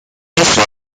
esso